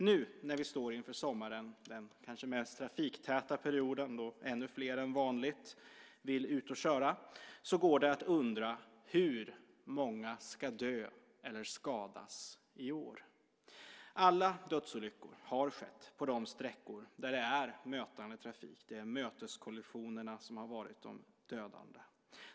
Nu när vi står inför sommaren, den kanske mest trafiktäta perioden då ännu fler än vanligt vill ut och köra, kan man undra: Hur många ska dö eller skadas i år? Alla dödsolyckor har skett på de sträckor där det är mötande trafik. Det är möteskollisionerna som har varit de dödande.